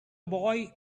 boy